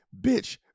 Bitch